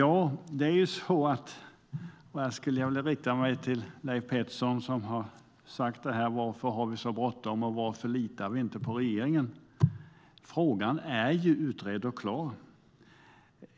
Här riktar jag mig till Leif Pettersson som har undrat varför vi har så bråttom och varför vi inte litar på regeringen: Frågan är utredd och klar.